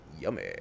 Yummy